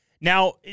now